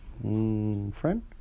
friend